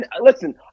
Listen